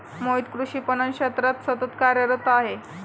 मोहित कृषी पणन क्षेत्रात सतत कार्यरत आहे